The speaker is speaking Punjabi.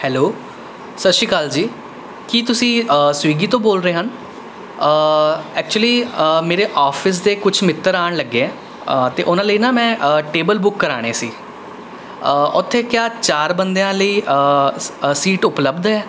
ਹੈਲੋ ਸਤਿ ਸ਼੍ਰੀ ਅਕਾਲ ਜੀ ਕੀ ਤੁਸੀਂ ਸਵਿਗੀ ਤੋਂ ਬੋਲ਼ ਰਹੇ ਹਨ ਐਕਚੁਲੀ ਮੇਰੇ ਆਫਿਸ ਦੇ ਕੁਝ ਮਿੱਤਰ ਆਉਣ ਲੱਗੇ ਹੈ ਅਤੇ ਉਨ੍ਹਾਂ ਲਈ ਨਾ ਮੈਂ ਟੇਬਲ ਬੁੱਕ ਕਰਵਾਉਣੇ ਸੀ ਉੱਥੇ ਕਿਆ ਚਾਰ ਬੰਦਿਆਂ ਲਈ ਸੀਟ ਉਪਲੱਬਧ ਹੈ